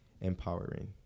empowering